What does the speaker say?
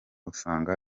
usanga